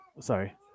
Sorry